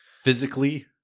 physically